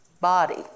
body